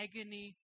agony